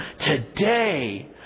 today